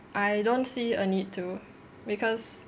I don't see a need to because